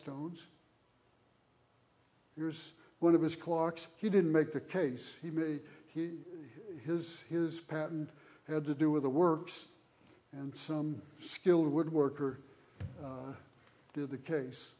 towards here's one of his clocks he didn't make the case he made his his patent had to do with the works and some skilled woodworker do the case